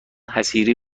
حصیری